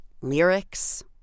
lyrics